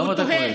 למה אתה כועס?